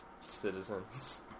citizens